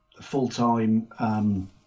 full-time